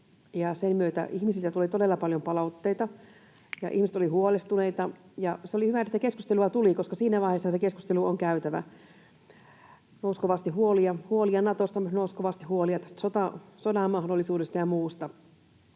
sen myötä ihmisiltä tuli todella paljon palautteita, ja ihmiset olivat huolestuneita. Se oli hyvä, että tätä keskustelua tuli, koska siinä vaiheessahan se keskustelu on käytävä. Nousi kovasti huolia Natosta, mutta